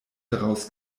daraus